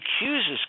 accuses